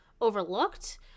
overlooked